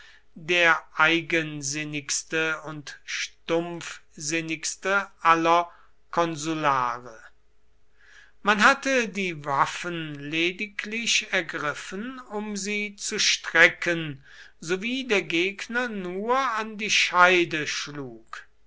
der eigensinnigste und stumpfsinnigste aller konsulare man hatte die waffen lediglich ergriffen um sie zu strecken sowie der gegner nur an die scheide schlug